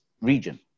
region